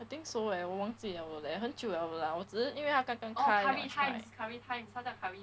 I think so eh 我忘记了 leh 很久了了啦我只是因为他刚刚开